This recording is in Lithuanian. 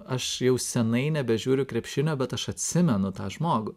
aš jau senai nebežiūriu krepšinio bet aš atsimenu tą žmogų